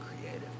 creative